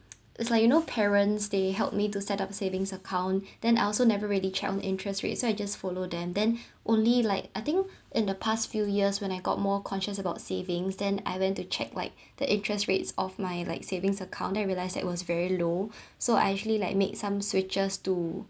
it's like you know parents they helped me to set up savings account then I also never ready check on interest rate so I just follow them then only like I think in the past few years when I got more conscious about savings then I went to check like the interest rates of my like savings account then I realised that it was very low so I actually like make some switches to